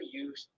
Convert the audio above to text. use